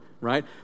right